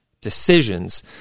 decisions